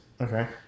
okay